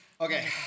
Okay